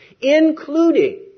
including